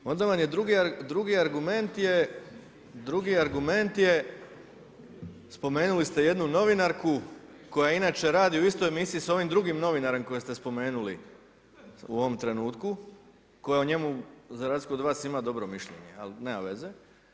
Onda vam je drugi argument je spomenuli ste jednu novinarku koja inače radi u istoj emisiji sa ovim drugim novinarem koje ste spomenuli u ovom trenutku, koja o njemu za razliku od vas ima dobro mišljenje, ali nema veze.